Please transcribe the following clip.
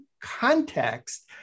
context